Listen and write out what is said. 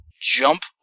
Jump